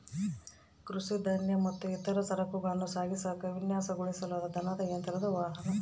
ಕೃಷಿ ಧಾನ್ಯ ಮತ್ತು ಇತರ ಸರಕುಗಳನ್ನ ಸಾಗಿಸಾಕ ವಿನ್ಯಾಸಗೊಳಿಸಲಾದ ದನದ ಯಂತ್ರದ ವಾಹನ